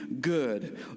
good